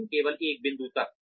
लेकिन केवल एक बिंदु तक